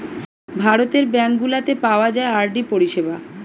ভারতের ব্যাঙ্ক গুলাতে পাওয়া যায় আর.ডি পরিষেবা